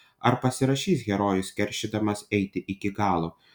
ar pasiryš herojus keršydamas eiti iki galo